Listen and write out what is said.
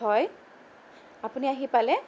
হয় আপুনি আহি পালে